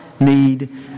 need